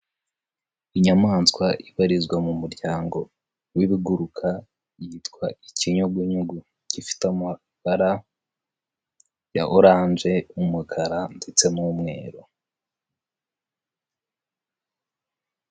Inyamaswa ibarizwa mu muryango w'ibiguruka yitwa ikinyugunyugu gifite amabara ya oranje, umukara ndetse n'umweru.